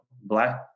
black